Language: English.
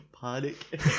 panic